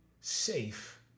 safe